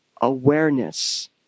awareness